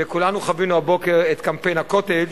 וכולנו חווינו הבוקר את קמפיין ה"קוטג'"